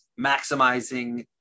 maximizing